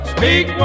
Speak